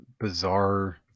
bizarre